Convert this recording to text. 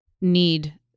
need